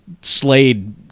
Slade